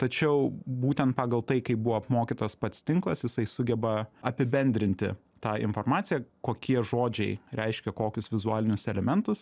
tačiau būtent pagal tai kaip buvo apmokytas pats tinklas jisai sugeba apibendrinti tą informaciją kokie žodžiai reiškia kokius vizualinius elementus